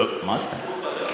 לא סטלין.